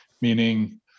meaning